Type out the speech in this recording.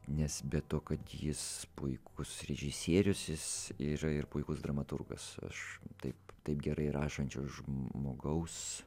nes be to kad jis puikus režisierius jis yra ir puikus dramaturgas aš taip taip gerai rašančio žmogaus